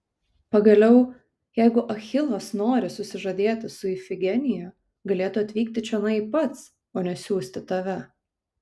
pagaliau jeigu achilas nori susižadėti su ifigenija galėtų atvykti čionai pats o ne siųsti tave